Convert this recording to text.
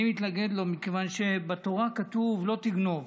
אני מתנגד לו מכיוון שבתורה כתוב "לא תגנוב",